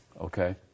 Okay